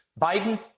Biden